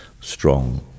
strong